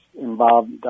involved